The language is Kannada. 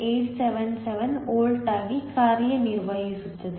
877 ವೋಲ್ಟ್ಗಳಾಗಿ ಕಾರ್ಯನಿರ್ವಹಿಸುತ್ತದೆ